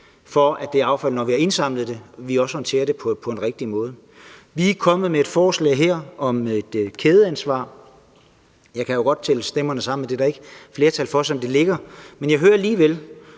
for, at det affald, vi har indsamlet, også bliver håndteret på en rigtig måde. Vi er kommet med et forslag her om et kædeansvar. Jeg kan jo godt tælle stemmerne sammen og se, at der ikke er flertal for det, som det ligger, men jeg hører alligevel,